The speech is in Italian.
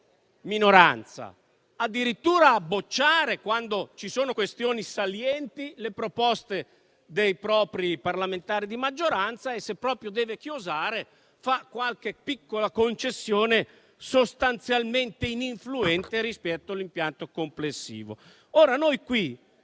minoranza, addirittura a bocciare, quando ci sono questioni salienti, le proposte dei propri parlamentari di maggioranza e, se proprio deve chiosare, fa qualche piccola concessione sostanzialmente ininfluente rispetto all'impianto complessivo. Con